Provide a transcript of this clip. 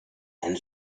einen